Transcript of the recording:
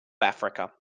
africa